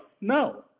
no